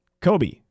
Kobe